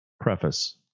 Preface